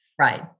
Right